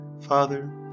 Father